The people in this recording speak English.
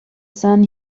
sun